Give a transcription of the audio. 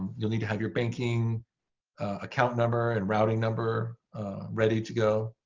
you'll need to have your banking account number and routing number ready to go.